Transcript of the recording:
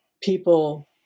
people